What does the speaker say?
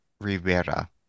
Rivera